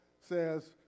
says